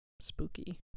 Spooky